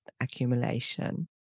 accumulation